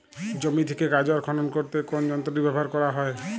জমি থেকে গাজর খনন করতে কোন যন্ত্রটি ব্যবহার করা হয়?